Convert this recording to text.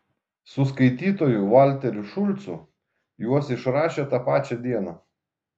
su skaitytoju valteriu šulcu juos išrašė tą pačią dieną